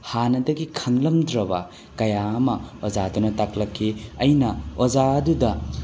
ꯍꯥꯟꯅꯗꯒꯤ ꯈꯪꯂꯝꯗ꯭ꯔꯕ ꯀꯌꯥ ꯑꯃ ꯑꯣꯖꯥꯗꯨꯅ ꯇꯥꯛꯂꯛꯈꯤ ꯑꯩꯅ ꯑꯣꯖꯥ ꯑꯗꯨꯗ